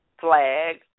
flag